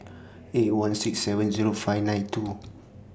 eight one six seven Zero five nine two